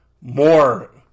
more